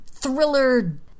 Thriller